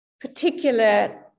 particular